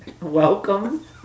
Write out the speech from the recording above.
Welcome